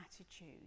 attitude